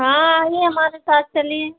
हाँ आइए हमारे साथ चलिए